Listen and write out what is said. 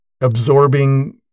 absorbing